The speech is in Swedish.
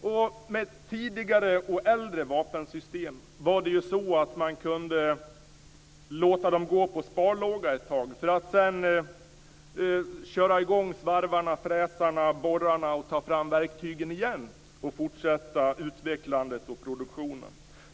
Man kunde låta tidigare och äldre vapensystem gå på sparlåga ett tag, för att sedan köra i gång svarvarna, fräsarna och borrarna, ta fram verktygen igen och fortsätta utvecklandet och produktionen.